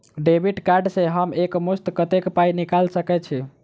Debit card सँ हम एक मुस्त कत्तेक पाई निकाल सकय छी?